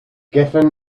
geffen